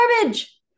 garbage